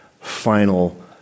final